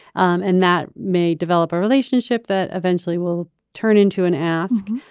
um and that may develop a relationship that eventually will turn into an ask.